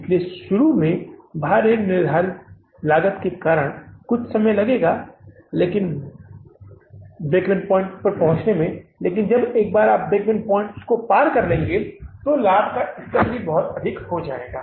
इसलिए शुरू में भारी निर्धारित लागत के कारण समय लगेगा ब्रेक इवन पॉइंट्स तक पहुंचने में समय लगेगा लेकिन एक बार जब आप ब्रेक इवन पॉइंट्स को पार कर लेते हैं तो लाभ का स्तर बहुत अधिक हो जाएगा